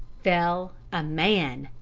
fell a man!